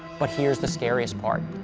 but here's the scariest part.